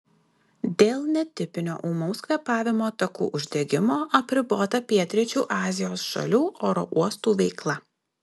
dėl netipinio ūmaus kvėpavimo takų uždegimo apribota pietryčių azijos šalių oro uostų veikla